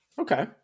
Okay